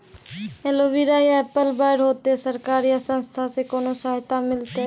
Aloe vera या apple बैर होते? सरकार या संस्था से कोनो सहायता मिलते?